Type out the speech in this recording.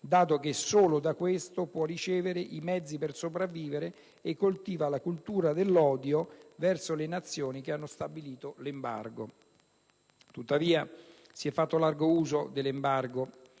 dato che solo da questo può ricevere i mezzi per sopravvivere, e coltiva la cultura dell'odio verso le Nazioni che hanno stabilito l'embargo. Tuttavia, si è fatto largo uso dell'embargo